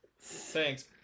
Thanks